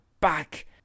back